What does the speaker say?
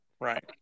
right